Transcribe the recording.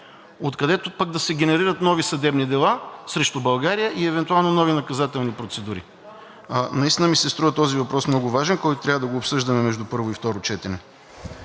откъдето пък да се генерират нови съдебни дела срещу България и евентуално нови наказателни процедури. Наистина ми се струва този въпрос много важен, който трябва да обсъждаме между първо и второ четене.